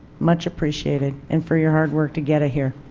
much appreciated. and for your hard work to get here.